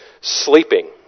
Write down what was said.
sleeping